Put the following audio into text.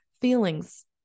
feelings